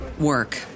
work